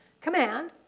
command